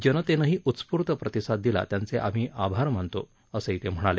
जनतेनही उत्फूर्त प्रतिसाद दिला त्यांचे आभार मानतो असंही ते म्हणाले